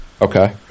Okay